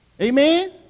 Amen